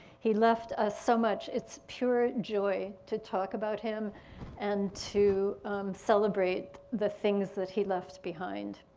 he left us so much. it's pure joy to talk about him and to celebrate the things that he left behind.